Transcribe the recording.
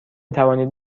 توانید